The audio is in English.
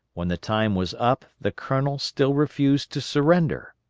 when the time was up the colonel still refused to surrender.